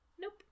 nope